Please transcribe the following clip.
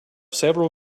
several